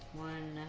one